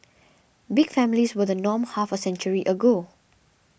big families were the norm half a century ago